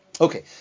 Okay